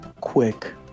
quick